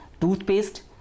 toothpaste